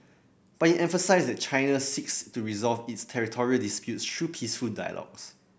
but emphasised that China seeks to resolve its territorial disputes through peaceful dialogues